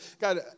God